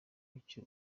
mucyo